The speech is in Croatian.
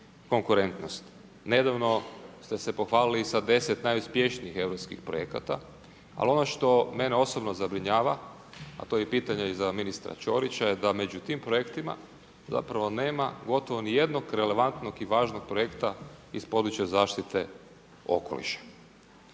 konkurentnosti. Nedavno ste se pohvali sa 10 najuspješnijih hrvatskih projekata, ali ono što mene osobno zabrinjava, a to je pitanja i za ministra Ćorića, da među tim projektima zapravo nema gotovo niti jednog relevantnog i važnog projekta iz područja zaštite okoliša.